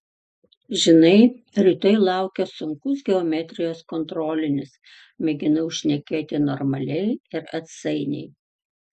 žinai rytoj laukia sunkus geometrijos kontrolinis mėginau šnekėti normaliai ir atsainiai